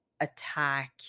attack